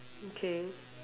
okay